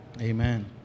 Amen